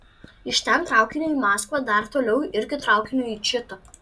iš ten traukiniu į maskvą dar toliau irgi traukiniu į čitą